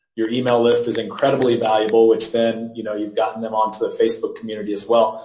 your email list is incredibly valuable which then you know you've gotten them on to the facebook community as well.